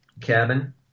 cabin